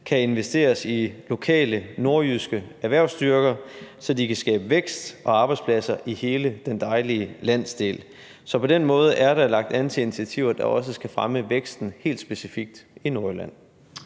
kan investeres i lokale nordjyske erhvervsstyrker, så de kan skabe vækst og arbejdspladser i hele den dejlige landsdel. Så på den måde er der lagt an til initiativer, der også skal fremme væksten helt specifikt i Nordjylland.